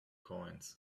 coins